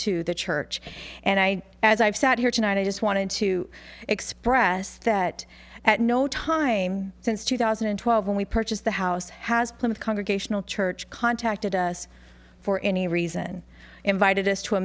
to the church and i as i've sat here tonight i just wanted to express that at no time since two thousand and twelve when we purchased the house has played congregational church contacted us for any reason invited us to a